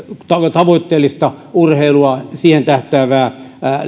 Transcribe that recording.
tavoitteellista urheilua ja siihen tähtäävää